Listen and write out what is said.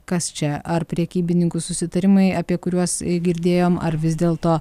kas čia ar prekybininkų susitarimai apie kuriuos girdėjom ar vis dėl to